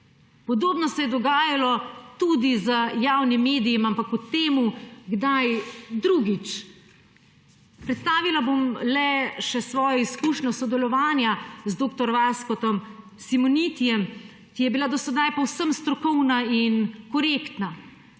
Podobno se je dogajalo tudi z javnim medijem, ampak o tem kdaj drugič. Predstavila bom le še svojo izkušnjo sodelovanja z dr. Vaskom Simonitijem, ki je bila do sedaj povsem strokovna in korektna.